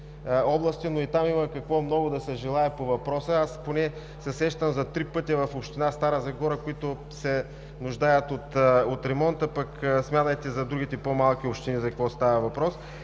но и там има много да се желае по въпроса. Сещам се за три пътя в община Стара Загора, които се нуждаят от ремонт, а пък смятайте в другите по-малки общини за какво става въпрос.